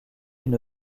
une